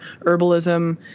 herbalism